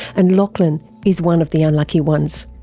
and lachlan is one of the unlucky ones.